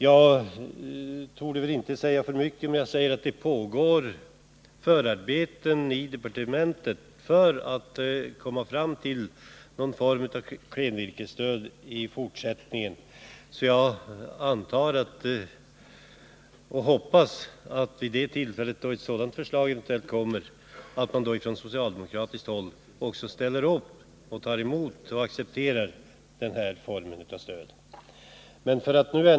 Jag torde väl inte säga för mycket om jag talar om att det pågår förarbeten i departementet för att komma fram till någon form av klenvirkesstöd i fortsättningen. Jag antar och hoppas att socialdemokraterna, när ett förslag eventuellt kommer, också ställer upp och accepterar den formen av stöd.